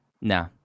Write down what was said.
No